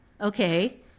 Okay